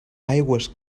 aigües